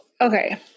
okay